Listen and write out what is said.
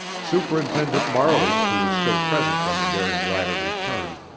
superintendent marley, who was still present when the daring rider returned,